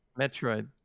Metroid